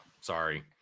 Sorry